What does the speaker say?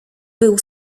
był